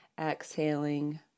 exhaling